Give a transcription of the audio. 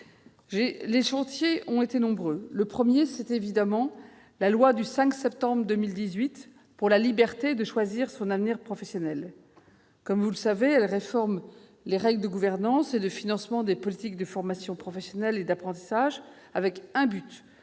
Les chantiers ont été nombreux, à commencer par la loi du 5 septembre 2018 pour la liberté de choisir son avenir professionnel. Cette loi réforme les règles de gouvernance et de financement des politiques de formation professionnelle et d'apprentissage, avec un